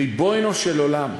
ריבונו של עולם,